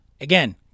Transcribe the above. again